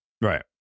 right